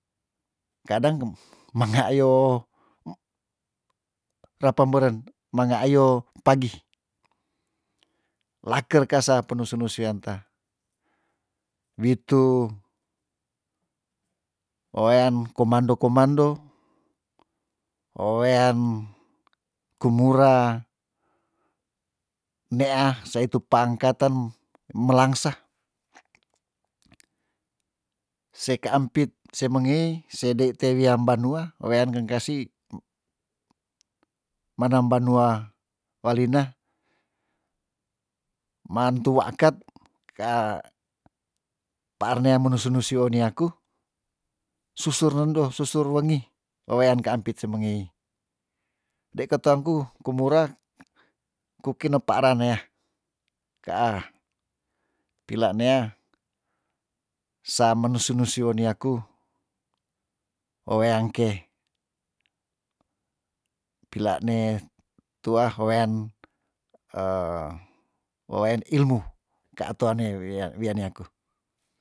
Kadang kem menga ayo rapem beren menga ayo pagi laker kasa penusu nusu wian tah witu wewean komando komando owean kumura neah sa itu paengkaten melangsah se kaampit se mengei se dei te wiam banua wean keng kasi manam banua walina maantu waakat ka paar nea menusu nusui wooni yaku suser nendo susur wengi wewean ka ampit se mengei ndei ketengku kumura kukinep paaran nea kaa pila nea sa menusu nusui woni yaku weweangke pila ne tuah wean wewean ilmu kaato aneya wia wia ni aku